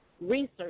research